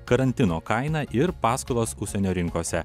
karantino kainą ir paskolas užsienio rinkose